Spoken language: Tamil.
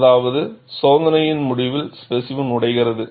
அதாவது சோதனையின் முடிவில் ஸ்பேசிமென் உடைகிறது